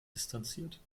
distanziert